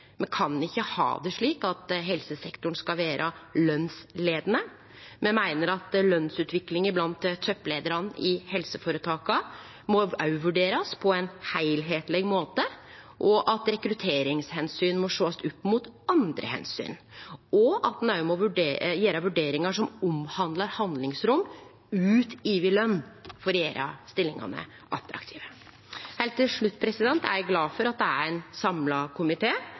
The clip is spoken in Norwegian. Me kan ikkje ha det slik at helsesektoren skal vere lønsleiande. Me meiner at lønsutviklinga blant toppleiarar i helseføretaka òg må vurderast på ein heilskapleg måte, at rekrutteringsomsyn må sjåast opp mot andre omsyn, og at ein må gjere vurderingar som omhandlar handlingsrom ut over løn, for å gjere stillingane attraktive. Heilt til slutt er eg glad for at det er ein samla